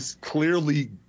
clearly